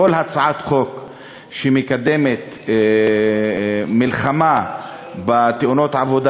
כל הצעת חוק שמקדמת מלחמה בתאונות העבודה